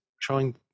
trying